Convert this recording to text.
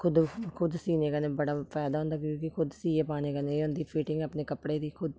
खुद खुद सीने कन्नै बड़ा फायदा होंदा क्योंकि खुद सीऐ पाने कन्नै केह् होंदी फिटिंग अपनी कपड़े दी खुद